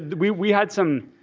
we we had some.